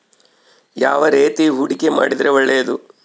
ಯಾವ ರೇತಿ ಹೂಡಿಕೆ ಮಾಡಿದ್ರೆ ಒಳ್ಳೆಯದು?